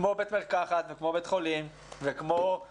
כמו בית מרקחת וכמו בית חולים וכמו